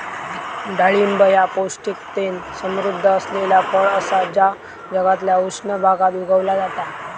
डाळिंब ह्या पौष्टिकतेन समृध्द असलेला फळ असा जा जगातल्या उष्ण भागात उगवला जाता